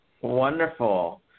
Wonderful